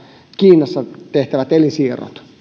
kiinassa tehtävät elinsiirrot